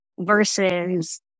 versus